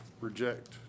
reject